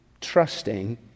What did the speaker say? trusting